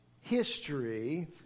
history